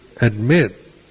admit